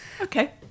Okay